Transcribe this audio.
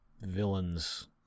villain's